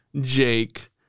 Jake